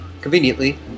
Conveniently